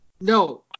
No